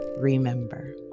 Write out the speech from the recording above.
remember